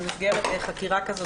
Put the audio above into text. במסגרת חקירה כזאת,